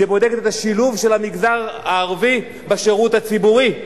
שבודקת את שילוב המגזר הערבי בשירות הציבורי,